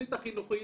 התכנית החינוכית,